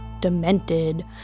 demented